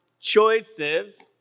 choices